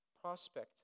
prospect